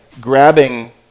grabbing